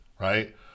right